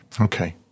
Okay